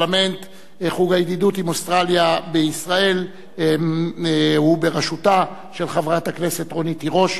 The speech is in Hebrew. חוג הידידות עם אוסטרליה בישראל הוא בראשותה של חברת הכנסת רונית תירוש,